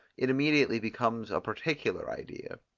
it immediately becomes a particular idea.